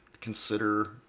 consider